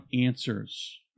answers